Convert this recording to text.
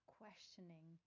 questioning